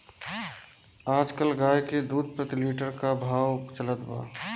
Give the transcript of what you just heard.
आज कल गाय के दूध प्रति लीटर का भाव चलत बा?